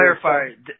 clarify